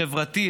חברתית,